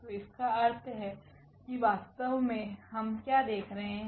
तोइसका अर्थ है की वास्तव मे हम क्या देख रहे हैं